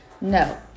No